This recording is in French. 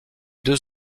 deux